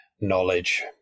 knowledge